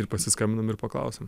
ir pasiskambinam ir paklausim